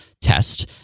test